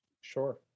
Sure